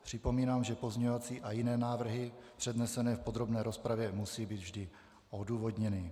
Připomínám, že pozměňovací a jiné návrhy přednesené v podrobné rozpravě musí být vždy odůvodněny.